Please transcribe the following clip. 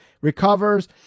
recovers